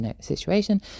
situation